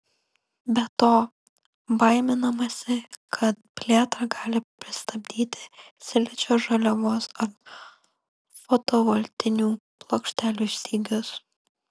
be to baiminamasi kad plėtrą gali pristabdyti silicio žaliavos ar fotovoltinių plokštelių stygius